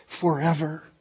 forever